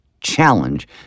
challenge